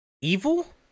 evil